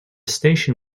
station